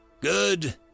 Good